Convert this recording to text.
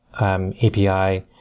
API